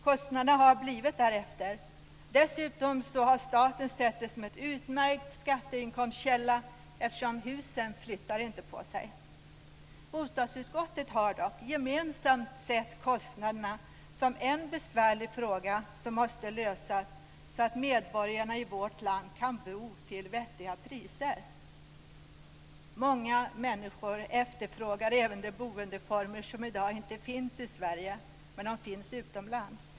Kostnaderna har blivit därefter. Dessutom har staten sett det som en utmärkt skatteinkomstkälla eftersom husen inte flyttar på sig. Bostadsutskottet har dock gemensamt sett kostnaderna som en besvärlig fråga som måste lösas så att medborgarna i vårt land kan bo till vettiga priser. Många människor efterfrågar även boendeformer som i dag inte finns i Sverige men som finns utomlands.